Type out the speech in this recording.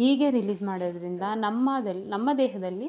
ಹೀಗೆ ರಿಲೀಸ್ ಮಾಡೋದರಿಂದ ನಮ್ಮದಲ್ಲಿ ನಮ್ಮ ದೇಹದಲ್ಲಿ